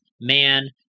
man